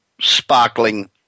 sparkling